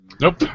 nope